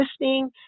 listening